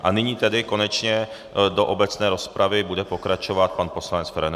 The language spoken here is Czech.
A nyní tedy konečně do obecné rozpravy bude pokračovat pan poslanec Feranec.